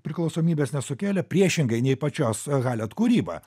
priklausomybės nesukėlė priešingai nei pačios halet kūryba